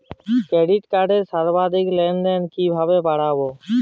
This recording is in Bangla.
ক্রেডিট কার্ডের সর্বাধিক লেনদেন কিভাবে বাড়াবো?